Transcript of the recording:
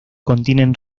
contienen